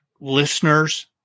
listeners